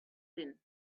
din